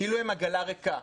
כאילו הם "עגלה ריקה"?